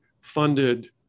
funded